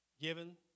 given